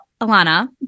Alana